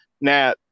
Now